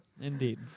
Indeed